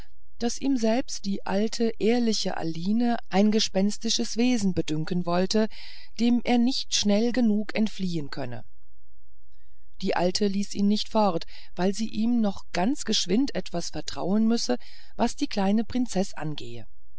daß ihm selbst die alte ehrliche aline ein gespenstiges wesen bedünken wollte dem er nicht schnell genug entfliehen könne die alte ließ ihn nicht fort weil sie ihm noch ganz geschwind etwas vertrauen müsse was die kleine prinzeß angehe